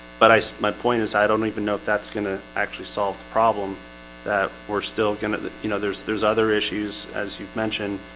but ice my point is i don't even know if that's gonna actually solve the problem that we're still gonna that you know there's there's other issues as you've mentioned,